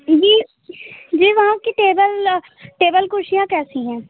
जी जी वहाँ की टेबल टेबल कुर्सियाँ कैसी हैं